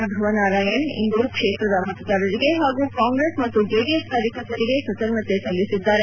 ಧ್ರುವನಾರಾಯಣ್ ಇಂದು ಕ್ಷೇತ್ರದ ಮತದಾರರಿಗೆ ಹಾಗೂ ಕಾಂಗ್ರೆಸ್ ಮತ್ತು ಜೆಡಿಎಸ್ ಕಾರ್ಯಕರ್ತರಿಗೆ ಕೃತಜ್ಞತೆ ಸಲ್ಲಿಸಿದ್ದಾರೆ